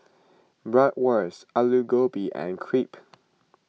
Bratwurst Alu Gobi and Crepe